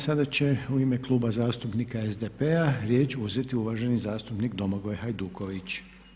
Sada će u ime Kluba zastupnika SDP-a riječ uzeti uvaženi zastupnik Domagoj Hajduković.